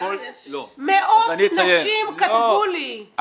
מאות נשים כתבו לי.